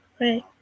Right